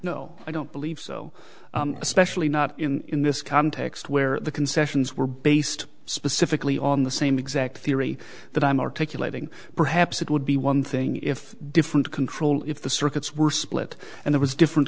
no i don't believe so especially not in this context where the concessions were based specifically on the same exact theory that i'm articulating perhaps it would be one thing if different control if the circuits were split and there was different